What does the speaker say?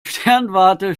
sternwarte